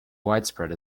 widespread